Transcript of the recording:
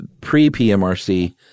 pre-PMRC